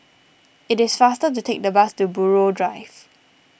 it is faster to take the bus to Buroh Drive